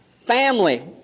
Family